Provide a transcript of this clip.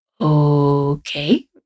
okay